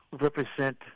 represent